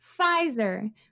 pfizer